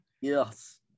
Yes